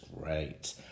great